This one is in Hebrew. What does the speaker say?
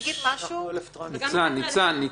משהו -- גם 11,000 זה המון.